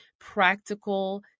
practical